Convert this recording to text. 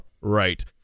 right